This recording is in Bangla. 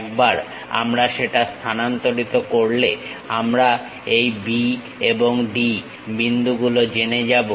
একবার আমরা সেটা স্থানান্তরিত করলে আমরা এই B এবং D বিন্দুগুলো জেনে যাব